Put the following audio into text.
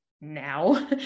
now